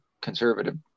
conservative